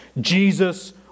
Jesus